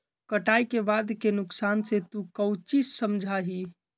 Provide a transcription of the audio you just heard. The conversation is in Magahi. कटाई के बाद के नुकसान से तू काउची समझा ही?